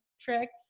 tricks